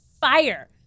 fire